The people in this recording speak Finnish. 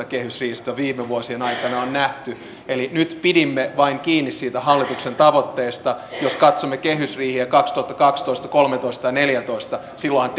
kehysriihistä joita viime vuosien aikana on nähty eli nyt pidimme vain kiinni siitä hallituksen tavoitteesta jos katsomme kehysriihiä kaksituhattakaksitoista kaksituhattakolmetoista ja kaksituhattaneljätoista niin silloinhan